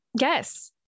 Yes